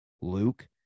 luke